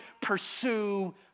pursue